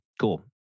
Cool